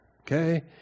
Okay